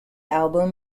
album